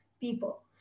people